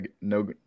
no